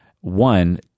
one